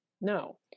no